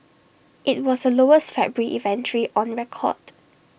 IT was the lowest February inventory on record